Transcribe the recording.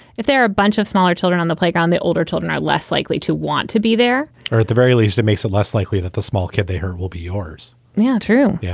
if there are a bunch of smaller children on the playground, the older children are less likely to want to be there or at the very least, it makes it less likely that the small kid they hurt will be yours yeah true. yeah